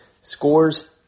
scores